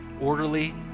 orderly